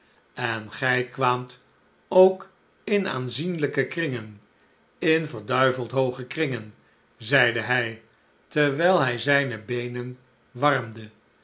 en gij kwaamt ook in aanzienlijke kringen in verduiveld hooge kringen zeide hij terwijl hij zijne beenen warmde